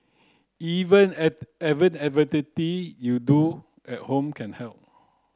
even you do at home can help